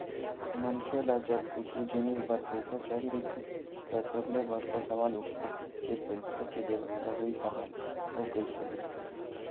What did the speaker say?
मनखे ल जब कुछु जिनिस बर पइसा चाही रहिथे त सबले बड़का सवाल उठथे के पइसा के बेवस्था होही काँहा ले अउ कइसे होही